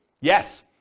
Yes